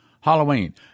Halloween